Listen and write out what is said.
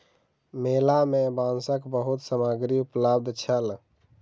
मेला में बांसक बहुत सामग्री उपलब्ध छल